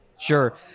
Sure